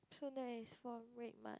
so nice from Redmart